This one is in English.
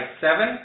seven